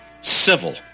Civil